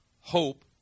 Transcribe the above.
hope